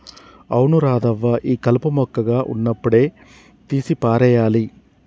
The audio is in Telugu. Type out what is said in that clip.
అవును రాధవ్వ ఈ కలుపు మొక్కగా ఉన్నప్పుడే తీసి పారేయాలి